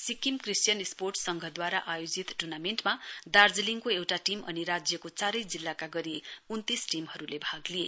Sikkim Christian sports संघद्वारा आयोजित ट्र्नामेण्टमा दार्जीलिङको एउटा टीम अनि राज्यको चारै जिल्लाका गरी उन्तीस टीमहरुले भाग लिए